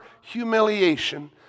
humiliation